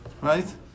right